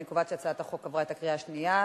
אני קובעת שהצעת החוק עברה את הקריאה השנייה.